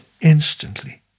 instantly